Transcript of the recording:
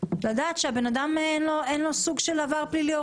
לדעת שהבן אדם אין לו סוג של עבר פלילי.